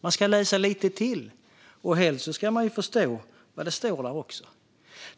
Man ska läsa lite till, och helst ska man också förstå vad som står